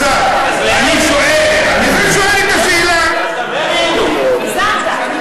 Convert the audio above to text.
כבוד השר, אני שואל, אני שואל את השאלה, אז להפך.